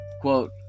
Quote